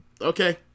Okay